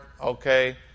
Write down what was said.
Okay